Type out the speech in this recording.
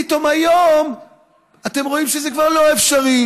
פתאום היום אתם רואים שזה כבר לא אפשרי,